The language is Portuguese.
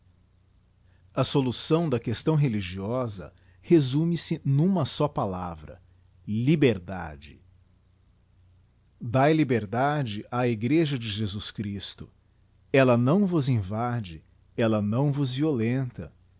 a solução da questão religiosa resume-se numa só palavra liberdade dae liberdade á igreja de jesus christo eua não vos invade ella não vos violenta